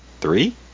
three